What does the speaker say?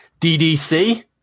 DDC